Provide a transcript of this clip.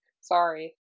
Sorry